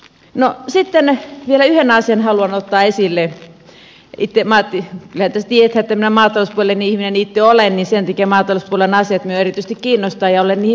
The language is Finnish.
kyllähän tässä tiedetään että kun minä maatalouspuolen ihminen itse olen niin sen takia maatalouspuolen asiat minua erityisesti kiinnostavat ja olen niihin perehtynyt